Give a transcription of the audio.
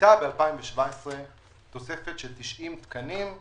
הייתה ב-2017 תוספת של 90 תקנים.